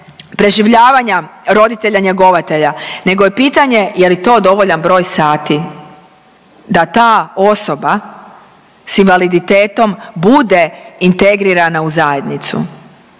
preživljavanja roditelja njegovatelja nego je pitanje je li to dovoljan broj sati da ta osoba s invaliditetom bude integrirana u zajednicu